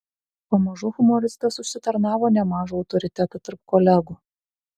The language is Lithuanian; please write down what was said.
pamažu humoristas užsitarnavo nemažą autoritetą tarp kolegų